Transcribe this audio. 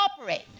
operate